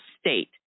state